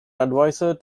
adviser